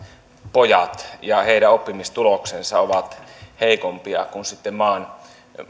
pojat ja heidän oppimistuloksensa ovat heikompia kuin maan